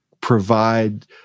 provide